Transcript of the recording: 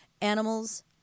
Animals